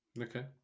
Okay